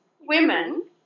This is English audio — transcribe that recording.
Women